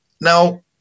Now